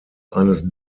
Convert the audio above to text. eines